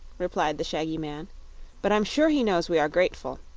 replied the shaggy man but i'm sure he knows we are grateful.